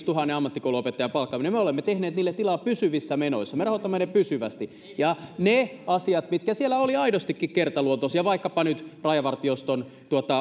tuhannen ammattikouluopettajan palkkaaminen me olemme tehneet niille tilaa pysyvissä menoissa me rahoitamme ne pysyvästi ja ne asiat mitkä siellä olivat aidostikin kertaluontoisia vaikkapa nyt rajavartioston